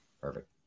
perfect